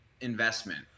investment